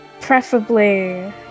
Preferably